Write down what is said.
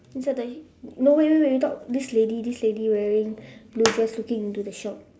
inside the no wait wait wait we talk this lady this lady wearing blue just looking into the shop